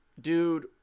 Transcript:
Dude